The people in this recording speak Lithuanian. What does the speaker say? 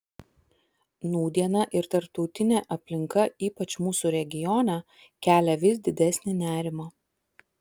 nūdiena ir tarptautinė aplinka ypač mūsų regione kelia vis didesnį nerimą